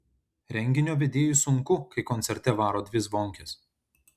renginio vedėjui sunku kai koncerte varo dvi zvonkės